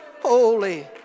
holy